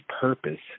purpose